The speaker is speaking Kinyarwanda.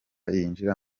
yinjira